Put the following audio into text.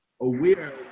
aware